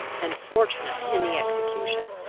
and fortunate in the execution.